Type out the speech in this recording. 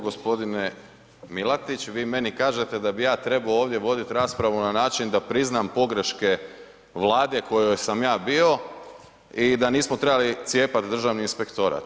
Gospodine MIlatić, vi meni kažete da bi ja trebao ovdje voditi raspravu na način da priznam pogreške vlada u kojoj sam ja bio i da nismo trebali cijepati Državni inspektorat.